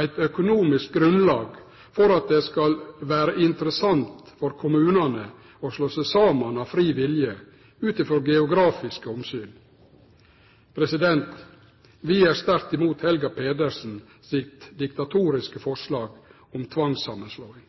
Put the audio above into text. eit økonomisk grunnlag for at det skal vere interessant for kommunane å slå seg saman av fri vilje, ut ifrå geografiske omsyn. Vi er sterkt imot Helga Pedersen sitt diktatoriske forslag om tvangssamanslåing.